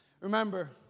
Remember